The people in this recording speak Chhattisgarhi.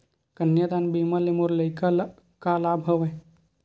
कन्यादान बीमा ले मोर लइका ल का लाभ हवय?